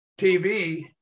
TV